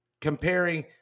Comparing